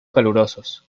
calurosos